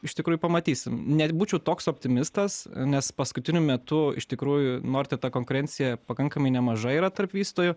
iš tikrųjų pamatysim net būčiau toks optimistas nes paskutiniu metu iš tikrųjų nort ta konkurencija pakankamai nemaža yra tarp vystojų